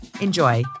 Enjoy